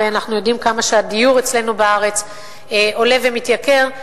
הרי אנחנו יודעים שהדיור אצלנו בארץ עולה ומתייקר,